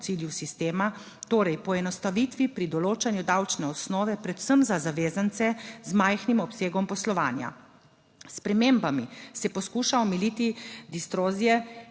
cilju sistema, torej poenostavitvi pri določanju davčne osnove predvsem za zavezance z majhnim obsegom poslovanja. S spremembami se poskuša omiliti distorzije,